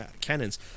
cannons